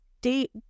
deep